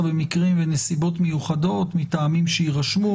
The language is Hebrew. במקרים ונסיבות מיוחדות מטעמים שיירשמו